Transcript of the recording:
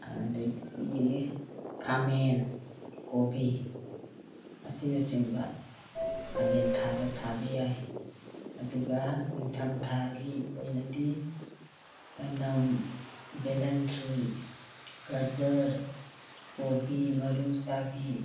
ꯑꯗꯒꯤ ꯈꯥꯃꯦꯟ ꯀꯣꯕꯤ ꯑꯁꯤꯅꯆꯤꯡꯕ ꯀꯥꯂꯦꯟ ꯊꯥꯗ ꯊꯥꯕ ꯌꯥꯏ ꯑꯗꯨꯒ ꯅꯤꯡꯊꯝ ꯊꯥꯒꯤ ꯑꯣꯏꯅꯗꯤ ꯆꯅꯝ ꯕꯦꯂꯟꯗ꯭ꯔꯤ ꯒꯥꯖꯔ ꯀꯣꯕꯤ ꯃꯔꯨ ꯆꯥꯕꯤ